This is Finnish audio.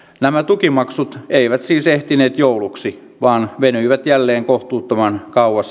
nämä tukimaksut eivät siis ehtineet jouluksi vaan venyivät jälleen kohtuuttoman kauas